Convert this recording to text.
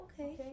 Okay